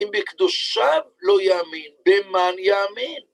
אם בקדושיו לא יאמין, במאן יאמין?